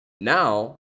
Now